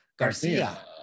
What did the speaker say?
Garcia